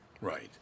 right